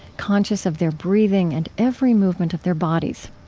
conscious of their breathing and every movement of their bodies.